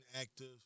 active